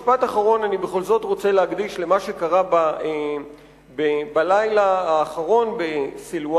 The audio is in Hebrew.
משפט אחרון אני בכל זאת רוצה להקדיש למה שקרה בלילה האחרון בסילואן.